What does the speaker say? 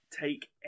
take